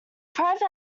private